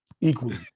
Equally